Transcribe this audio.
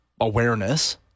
awareness